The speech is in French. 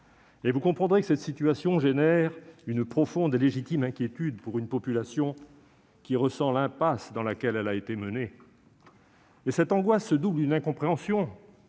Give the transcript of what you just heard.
Vous comprendrez donc que cette situation génère une profonde et légitime inquiétude au sein d'une population qui ressent l'impasse dans laquelle elle a été menée. Cette angoisse se double d'une incompréhension